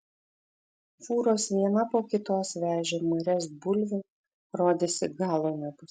fūros viena po kitos vežė marias bulvių rodėsi galo nebus